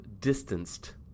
distanced